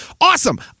Awesome